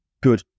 good